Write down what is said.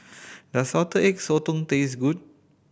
does Salted Egg Sotong taste good